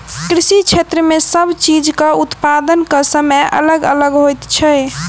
कृषि क्षेत्र मे सब चीजक उत्पादनक समय अलग अलग होइत छै